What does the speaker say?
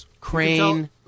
Crane